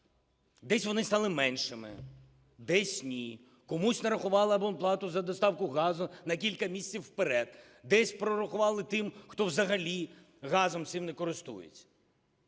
Десь вони стали меншими, десь – ні, комусь нарахували абонплату за доставку газу на кілька місяців вперед, десь прорахували тим, хто взагалі газом цим не користується.